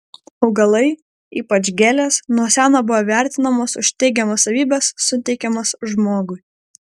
augalai ypač gėlės nuo seno buvo vertinamos už teigiamas savybes suteikiamas žmogui